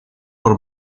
por